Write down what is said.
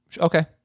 Okay